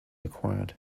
acquired